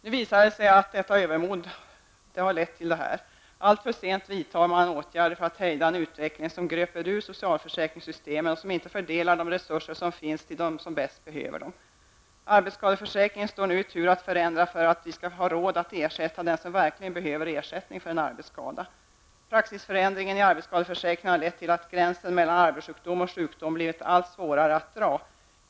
Nu visar det sig vad detta övermod har lett till. Alltför sent vidtar man åtgärder för att hejda en utveckling som gröper ur socialförsäkringssystemen och som inte fördelar de resurser som finns till dem som bäst behöver dem. Nu står arbetsskadeförsäkringen på tur att förändras, detta för att vi skall ha råd att ersätta den som verkligen behöver ersättning för en arbetsskada. Praxisförändringen i arbetsskadeförsäkringen har lett till att gränsen mellan arbetssjukdom och sjukdom blivit allt svårare att dra.